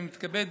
אני מתכבד